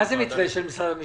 מה זה מתווה של משרד המשפטים?